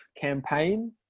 campaign